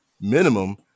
minimum